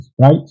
right